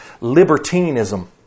libertinism